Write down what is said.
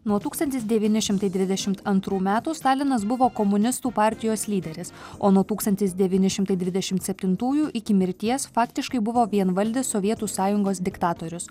nuo tūkstantis devyni šimtai dvidešimt antrų metų stalinas buvo komunistų partijos lyderis o nuo tūkstantis devyni šimtai dvidešimt septintųjų iki mirties faktiškai buvo vienvaldis sovietų sąjungos diktatorius